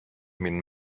been